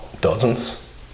Dozens